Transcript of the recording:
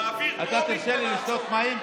נעביר בטרומית ונעצור.